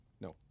No